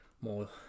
more